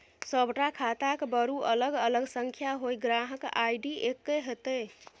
सभटा खाताक बरू अलग अलग संख्या होए ग्राहक आई.डी एक्के हेतै